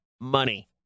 money